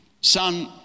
son